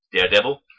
Daredevil